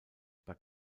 bei